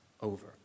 over